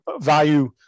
value